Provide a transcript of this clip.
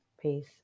Peace